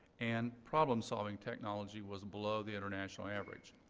and problem solving technology was below the international average.